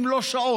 אם לא שעות,